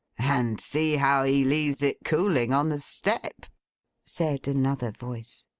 and see how he leaves it cooling on the step said another voice.